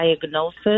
diagnosis